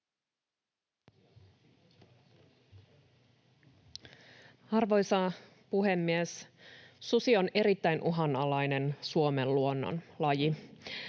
Arvoisa puhemies! Susi on erittäin uhanalainen Suomen luonnon laji.